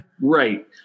Right